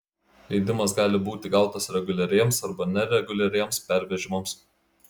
leidimas gali būti gautas reguliariems arba nereguliariems pervežimams